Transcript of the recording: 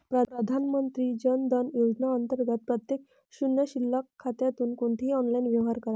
प्रधानमंत्री जन धन योजना अंतर्गत प्रत्येक शून्य शिल्लक खात्यातून कोणतेही ऑनलाइन व्यवहार करा